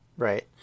right